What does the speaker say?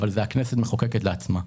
שזו הכנסת מחוקקת לעצמה.